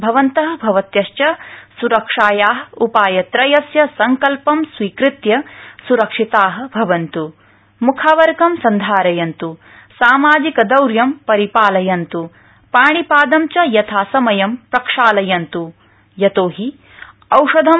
भवन्त भवत्य च सुरक्षाया उपायत्रयस्य संकल्पं स्वीकृत्य सुरक्षिता भवन्तु म्खावरकं सन्धारयन्तु सामाजिकदौर्यं परिपालयन्तु पाणिपादं च यथासमयं प्रक्षालयन्त्